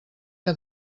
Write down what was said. que